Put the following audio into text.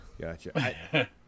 Gotcha